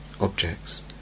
objects